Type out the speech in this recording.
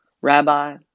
Rabbi